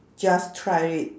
just try it